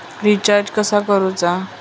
Recharge कसा करूचा?